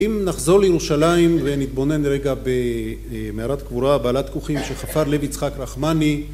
אם נחזור לירושלים ונתבונן רגע במערת קבורה בעלת כוכים שחפר לב יצחק רחמני